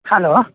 hello